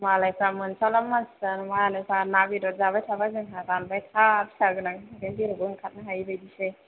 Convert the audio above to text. मालायफ्रा मोनजाला मानसिफ्रा मा होनो ना बेदर जाबाय थाबाय जोंहा रानबाय था फिसा गोनां थाखायनो जेरावबो ओंखारनो हायि बायदिसो